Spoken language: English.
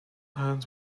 hands